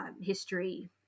history